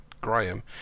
Graham